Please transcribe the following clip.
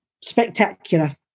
spectacular